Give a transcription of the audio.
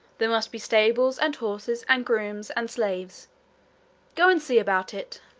there must be stables and horses and grooms and slaves go and see about it!